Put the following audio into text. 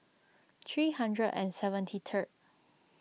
three hundred and seventy third